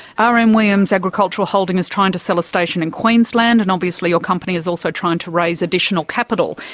r. m. williams agricultural holdings is trying to sell a station in queensland, and obviously your company is also trying to raise additional capital.